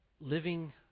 living